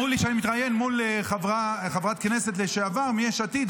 אמרו לי שאני מתראיין מול חברת כנסת לשעבר מיש עתיד.